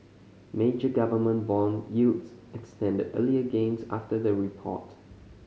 major government bond yields extended earlier gains after the report